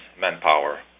manpower